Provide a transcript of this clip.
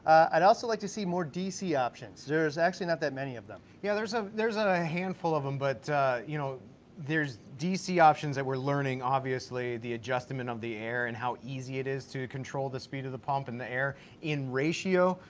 i'd also like to see more dc options. there's actually not that many of them. yeah, there's ah a ah handful of them, but you know there's dc options that we're learning, obviously the adjustment of the air, and how easy it is to control the speed of the pump and the air in ratio.